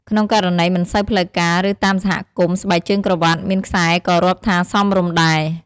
ក្នុងករណីមិនសូវផ្លូវការ ឬ តាមសហគមន៍ ស្បែកជើងក្រវាត់មានខ្សែក៏រាប់ថាសមរម្យដែរ។